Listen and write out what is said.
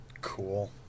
Cool